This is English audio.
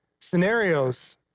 Scenarios